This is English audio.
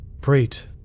Great